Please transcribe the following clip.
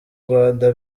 rwanda